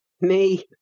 Me